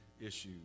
issues